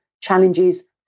challenges